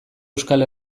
euskal